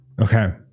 Okay